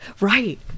Right